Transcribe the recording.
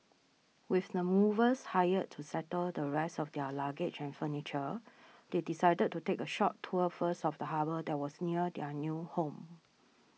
with the movers hired to settle the rest of their luggage and furniture they decided to take a short tour first of the harbour that was near their new home